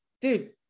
Dude